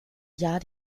jahr